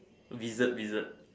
wizard wizard